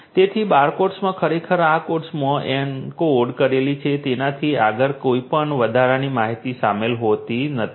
તેથી બારકોડ્સમાં ખરેખર આ કોડ્સમાં એન્કોડ કરેલી છે તેનાથી આગળ કોઈપણ વધારાની માહિતી શામેલ હોઈ શકતી નથી